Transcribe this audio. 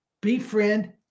befriend